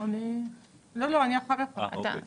תודה רבה.